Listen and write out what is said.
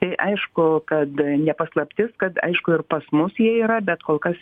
tai aišku kad ne paslaptis kad aišku ir pas mus jie yra bet kol kas